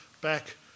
back